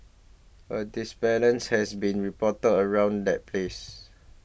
a has been reported around that place